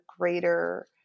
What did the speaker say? greater